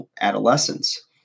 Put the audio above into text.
adolescence